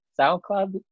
soundcloud